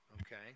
Okay